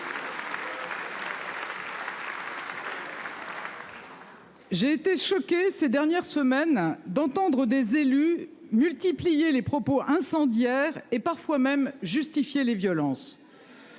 J'ai été choqué ces dernières semaines d'entendre des élus multiplié les propos incendiaires et parfois même justifié les violences.